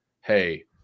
hey